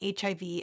HIV